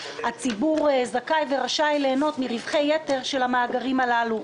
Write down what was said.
הציבור זכאי ורשאי ליהנות מרווחי יתר של המאגרים הללו.